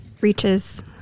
reaches